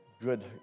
good